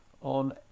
on